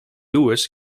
louis